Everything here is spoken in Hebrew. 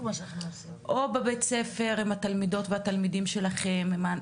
או בבית הספר עם התלמידות והתלמידים שלהם.